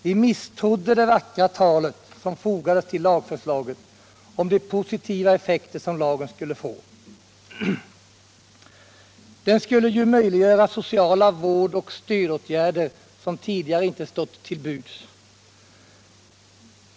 Vi misstrodde det vackra talet, som fogades till lagförslaget, om de positiva effekter som lagen skulle få. Den skulle ju möjliggöra sociala vårdoch stödåtgärder som tidigare inte stått till buds.